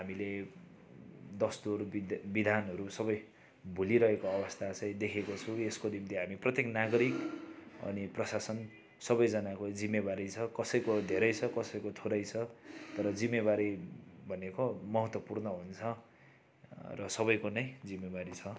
हामीले दस्तुर विधानहरू सबै भुलिरहेको अवस्था चाहिँ देखेको छु यसको निम्ति हामी प्रत्येक नागरिक अनि प्रशासन सबैजनाको जिम्मेवारी छ कसैको धेरै छ कसैको थोरै छ तर जिम्मेवारी भनेको महत्त्वपूर्ण हुन्छ र सबैको नै जिम्मेवारी छ